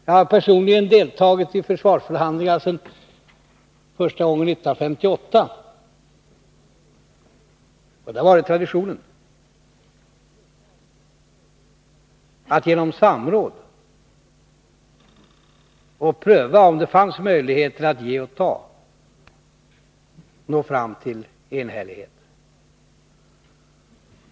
Jag har personligen deltagit i försvarsförhandlingar vid olika tillfällen sedan 1958, och det har varit tradition att försöka att genom samråd och genom att pröva om det finns möjlighet att ge och ta nå fram till enhällighet.